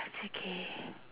it's okay